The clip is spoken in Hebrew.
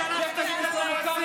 תתבייש לך.